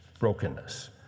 Brokenness